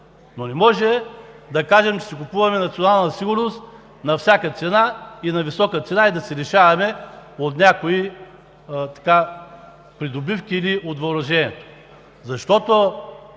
Но не може да кажем, че си купуваме национална сигурност на всяка цена и на висока цена, и да се лишаваме от някои придобивки или от въоръжението. Защото